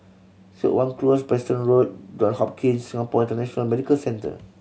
Siok Wan Close Preston Road John Hopkins Singapore International Medical Centre